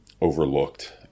overlooked